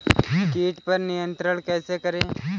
कीट पर नियंत्रण कैसे करें?